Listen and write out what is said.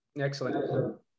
Excellent